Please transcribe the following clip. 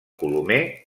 colomer